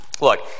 look